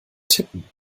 tippen